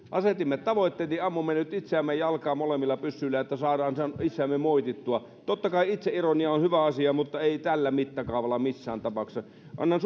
asetimme tavoitteet niin ammumme nyt itseämme jalkaan molemmilla pyssyillä että saamme itseämme moitittua totta kai itseironia on hyvä asia mutta ei tällä mittakaavalla missään tapauksessa annan